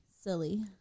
silly